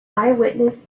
eyewitness